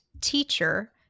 teacher